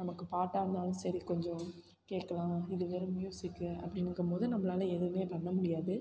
நமக்கு பாட்டாக இருந்தாலும் சரி கொஞ்சம் கேட்கலாம் இது வெறும் மியூசிக்கு அப்படின்னுங்கம்போது நம்மளால எதுவுமே பண்ண முடியாது